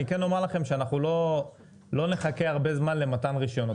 אני כן אומר לכם שאנחנו לא נחכה הרבה מן למתן רישיונות,